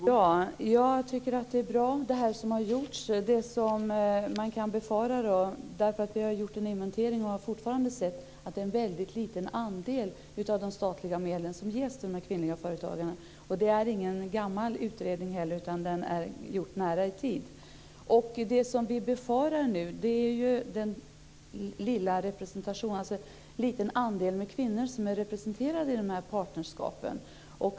Herr talman! Jag tycker att det är bra med det som har gjorts. Men vi har gjort en inventering och sett att det fortfarande är en väldigt liten andel av de statliga medlen som ges till de kvinnliga företagarna. Det är ingen gammal utredning, utan den är gjord nära i tiden. Det som vi befarar är ju att det är en liten andel kvinnor som är representerade i de här partnerskapen.